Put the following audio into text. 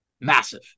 massive